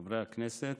חברי הכנסת,